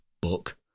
book